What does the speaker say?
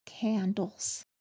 candles